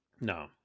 no